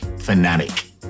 fanatic